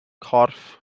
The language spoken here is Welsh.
corff